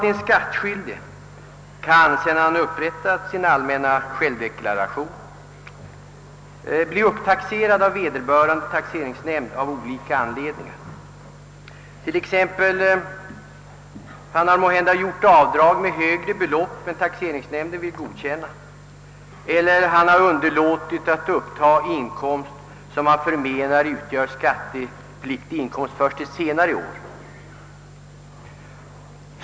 En skattskyldig kan, sedan han upprättat sin allmänna självdeklaration bli upptaxerad av vederbörande taxeringsnämnd av olika anledningar, t.ex. därför att han gjort avdrag med högre belopp än taxeringsnämnden vill godkänna eller underlåtit att upptaga inkomst som han förmenar utgör skattepliktig inkomst först ett senare år.